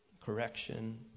correction